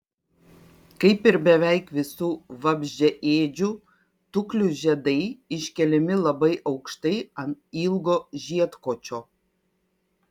kaip ir beveik visų vabzdžiaėdžių tuklių žiedai iškeliami labai aukštai ant ilgo žiedkočio